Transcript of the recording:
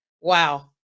Wow